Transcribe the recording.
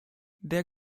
der